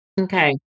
Okay